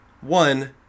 one